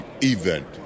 event